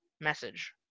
message